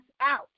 out